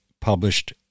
published